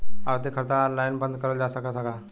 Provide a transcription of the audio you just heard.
आवर्ती खाता ऑनलाइन बन्द करल जा सकत ह का?